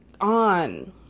On